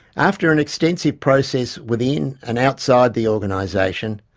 after an extensive process within and outside the organisation,